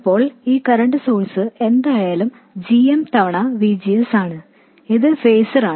ഇപ്പോൾ ഈ current source എന്തായാലും g m തവണ V G S ആണ് ഇത് ഫേസാറാണ്